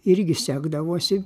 irgi sekdavosi